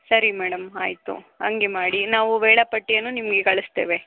ಸರಿ ಮೇಡಂ ಆಯಿತು ಹಂಗೆ ಮಾಡಿ ನಾವು ವೇಳಾಪಟ್ಟಿಯನ್ನು ನಿಮಗೆ ಕಳಿಸ್ತೇವೆ